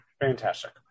Fantastic